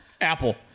Apple